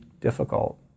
difficult